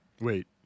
Wait